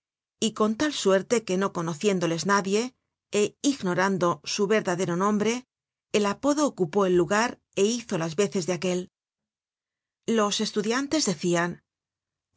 y con tal suerte que no conociéndoles nadie é ignorando su verdadero nombre el apodo ocupó el lugar é hizo las veces de aquel los estudiantes decian